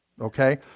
okay